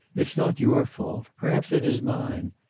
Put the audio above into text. it's not your fault. perhaps it is mine.